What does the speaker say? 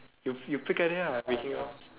you you pick at it ah breaking out